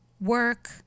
work